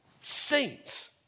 saints